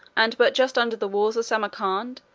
and but just under the walls of samarcand,